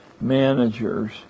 Managers